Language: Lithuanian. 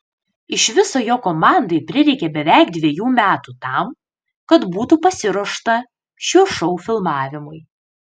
iš viso jo komandai prireikė beveik dviejų metų tam kad būtų pasiruošta šio šou filmavimui